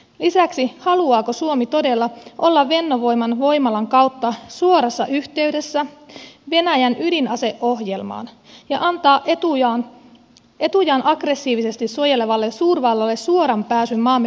lisäksi haluaako suomi todella olla fennovoiman voimalan kautta suorassa yhteydessä venäjän ydinaseohjelmaan ja antaa etujaan aggressiivisesti suojelevalle suurval lalle suoran pääsyn maamme sisäpolitiikkaan